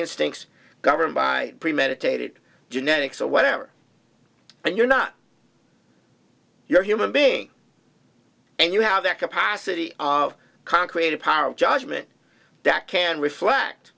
instinct governed by premeditated genetics or whatever and you're not you're a human being and you have that capacity of concreate a power of judgment that can reflect